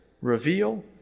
reveal